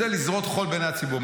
זה לזרות חול בעיני הציבור.